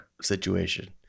Situation